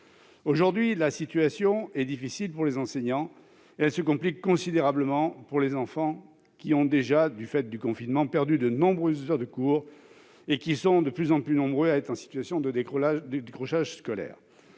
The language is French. Aujourd'hui, la situation est difficile pour les enseignants, et elle se complique considérablement pour les enfants qui, du fait du confinement, ont déjà perdu de nombreuses heures de cours et qui sont de plus en plus nombreux à être en situation de décrochage scolaire.